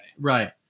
Right